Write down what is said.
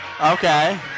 Okay